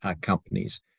companies